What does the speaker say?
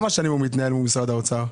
כמה שנים מתנהל מול משרד האוצר?